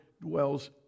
dwells